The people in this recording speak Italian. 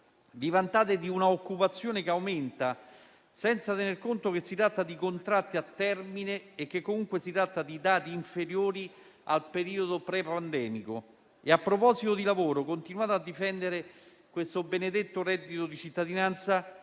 Vi vantate di un'occupazione che aumenta, senza tener conto del fatto che si tratta di contratti a termine e di dati inferiori al periodo pre-pandemico. A proposito di lavoro, continuate a difendere questo benedetto reddito di cittadinanza,